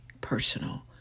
personal